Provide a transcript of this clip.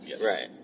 Right